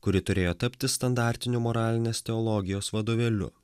kuri turėjo tapti standartiniu moralinės teologijos vadovėliu